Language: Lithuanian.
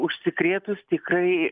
užsikrėtus tikrai